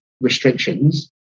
restrictions